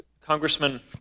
congressman